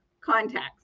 contacts